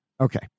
Okay